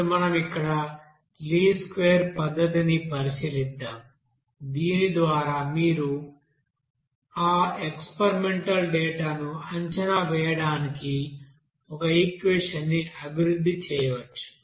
ఇప్పుడు మనం ఇక్కడ లీస్ట్ స్క్వేర్ పద్ధతిని పరిశీలిద్దాం దీని ద్వారా మీరు ఆ ఎక్స్పెరిమెంటల్ డేటా ను అంచనా వేయడానికి ఒక ఈక్వెషన్ ని అభివృద్ధి చేయవచ్చు